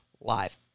live